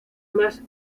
más